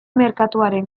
merkatuaren